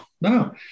no